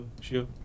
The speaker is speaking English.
sure